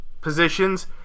positions